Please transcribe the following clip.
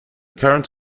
current